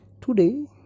Today